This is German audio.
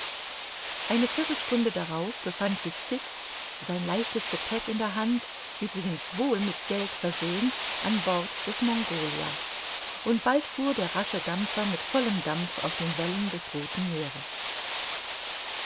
eine viertelstunde darauf befand sich fix sein leichtes gepäck in der hand übrigens wohl mit geld versehen an bord des mongolia und bald fuhr der rasche dampfer mit vollem dampf auf den wellen des rothen meeres